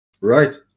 Right